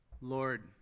Lord